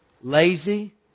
lazy